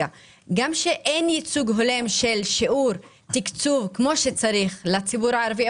כשאין ייצוג הולם של שיעור תקצוב כמו שצריך לציבור הערבי,